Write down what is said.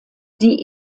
die